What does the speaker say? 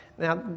Now